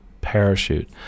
parachute